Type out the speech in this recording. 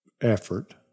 effort